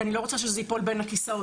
כי אני לא רוצה שזה ייפול בין הכיסאות.